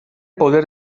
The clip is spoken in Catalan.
poder